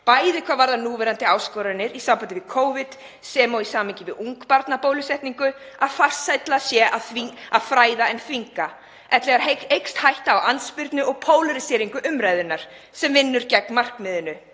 bæði hvað varðar núverandi áskoranir í sambandi við Covid sem og í sambandi við ungbarnabólusetningu, að farsælla sé að fræða en þvinga ellegar aukist hætta á andspyrnu og pólaríseringu umræðunnar, sem vinnur gegn markmiðinu.